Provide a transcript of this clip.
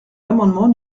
l’amendement